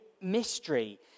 mystery